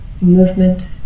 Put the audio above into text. movement